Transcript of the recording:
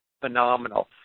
phenomenal